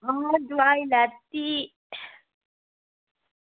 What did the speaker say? हां दोआई लैती